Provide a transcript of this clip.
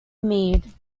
mead